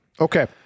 Okay